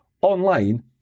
online